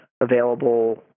available